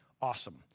awesome